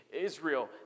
Israel